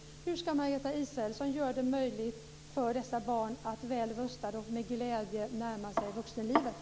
Hur ska Margareta Israelsson göra det möjligt för dessa barn att väl rustade och med glädje närma sig vuxenlivet?